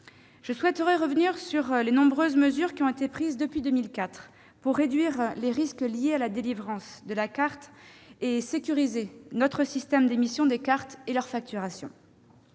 Je tiens à revenir sur les nombreuses mesures prises depuis 2004 pour réduire les risques liés à la délivrance de la carte et sécuriser tout à la fois notre système d'émission des cartes et les facturations